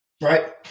Right